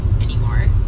anymore